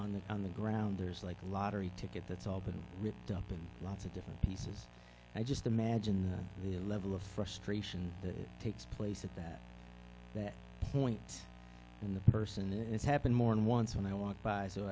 on the on the ground there's like a lottery ticket that's all been ripped up and lots of different pieces i just imagine a level of frustration that takes place at that point in the person and it's happened more than once when i walk by so